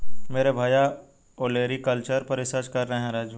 मेरे भैया ओलेरीकल्चर पर रिसर्च कर रहे हैं राजू